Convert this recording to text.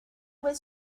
was